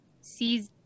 sees